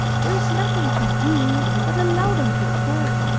there is nothing to do but allow them to talk